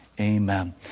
Amen